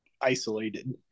isolated